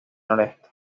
noreste